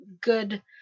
good